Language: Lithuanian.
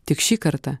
tik šį kartą